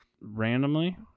randomly